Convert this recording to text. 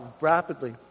rapidly